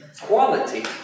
Quality